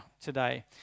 today